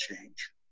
change